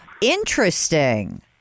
Interesting